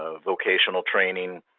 ah vocational training,